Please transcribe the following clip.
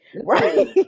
Right